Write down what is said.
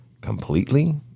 completely